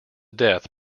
death